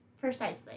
Precisely